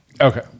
Okay